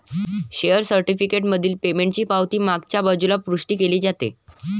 share certificate मधील पेमेंटची पावती मागच्या बाजूला पुष्टी केली जाते